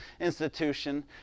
institution